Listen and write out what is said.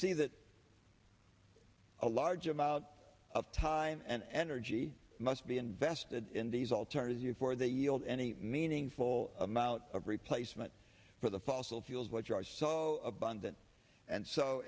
see that a large amount of time and energy must be invested in these alternatives you for that yield any meaningful amount of replacement for the fossil fuels which are so abundant and so